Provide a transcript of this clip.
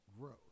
growth